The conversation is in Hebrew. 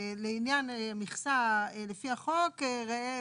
ולעניין מכסה לפי החוק ראה בחוק".